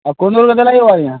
ଆଉ କୁନ୍ଦୁରି କେତେ ଲାଗିବ ଆଜ୍ଞା